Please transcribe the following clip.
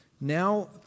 Now